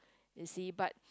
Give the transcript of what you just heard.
you see but